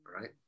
right